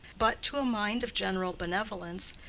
but to a mind of general benevolence,